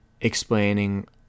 explaining